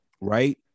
right